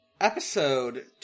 Episode